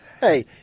Hey